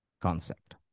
concept